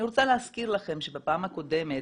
אני רוצה להזכיר לכם שבפעם הקודמת,